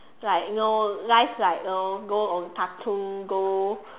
like you know life like you know go on cartoon go